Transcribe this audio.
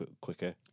quicker